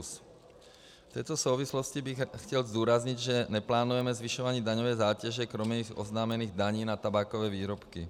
V této souvislosti bych chtěl zdůraznit, že neplánujeme zvyšování daňové zátěže kromě již oznámených daní na tabákové výrobky.